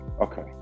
Okay